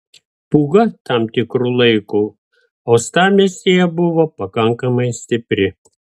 pūga tam tikru laiku uostamiestyje buvo pakankamai stipri